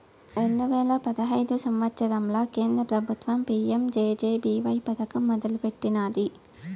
రెండు వేల పదహైదు సంవత్సరంల కేంద్ర పెబుత్వం పీ.యం జె.జె.బీ.వై పదకం మొదలెట్టినాది